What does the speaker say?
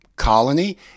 colony